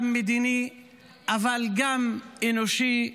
גם מדיני אבל גם אנושי,